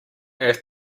earth